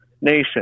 nation